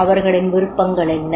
அவர்களின் விருப்பங்கள் என்ன